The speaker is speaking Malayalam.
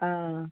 ആ